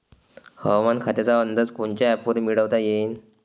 हवामान खात्याचा अंदाज कोनच्या ॲपवरुन मिळवता येईन?